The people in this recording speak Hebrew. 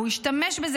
והוא ישתמש בזה,